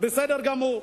בסדר גמור,